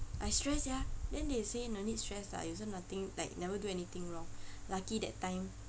I stressed sia then they say no need stress lah you also nothing like never do anything wrong lucky that time